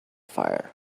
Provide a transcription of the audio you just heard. fire